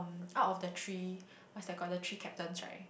out of the three what's that called the three captains right